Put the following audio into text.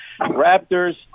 Raptors